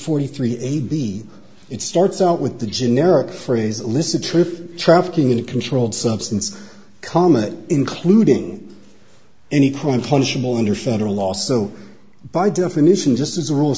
forty three and b it starts out with the generic phrase alyssa trip trafficking in a controlled substance comet including any home punishable under federal law so by definition just as a rule